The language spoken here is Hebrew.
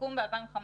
בסיכום ב-2015